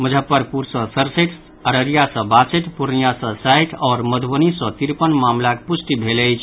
मुजफ्फरपुर सँ सड़सठि अररिया सँ बासठि पूर्णिया सँ साठि आओर मधुबनी सँ तिरपन मामिलाक पुष्टि भेल अछि